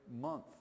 month